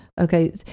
Okay